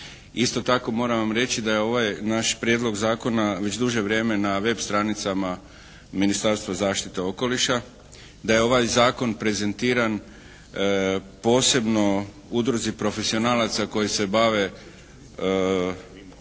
Isto tako moram vam reći da je ovaj naš prijedlog zakona već duže vrijeme na web. stranicama Ministarstva zaštite okoliša, da je ovaj zakon prezentiran posebno Udruzi profesionalaca koji se bave